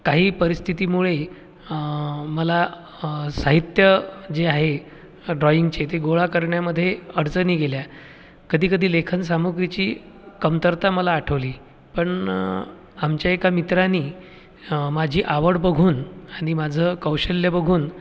काही परिस्थितीमुळे मला साहित्य जे आहे ड्रॉइंगचे ते गोळा करण्यामध्ये अडचणी गेल्या कधी कधी लेखनसामुग्रीची कमतरता मला आठवली पण आमच्या एका मित्रानी माझी आवड बघून आणि माझं कौशल्य बघून